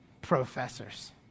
professors